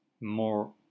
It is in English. more